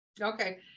Okay